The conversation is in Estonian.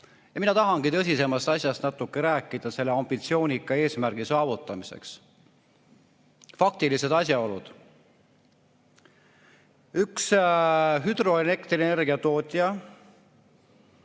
tahangi tõsisemast asjast natuke rääkida selle ambitsioonika eesmärgi saavutamiseks. Faktilised asjaolud. Üks hüdroelektrienergia tootja